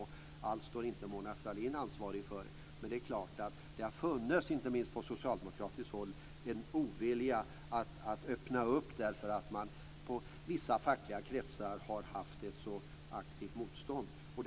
Och allt är ju inte Mona Sahlin ansvarig för, men det är klart att det har funnits - inte minst på socialdemokratiskt håll - en ovilja att öppna upp här. Det har funnits ett aktivt motstånd från vissa fackliga kretsar.